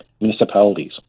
municipalities